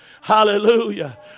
Hallelujah